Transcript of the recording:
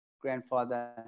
grandfather